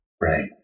Right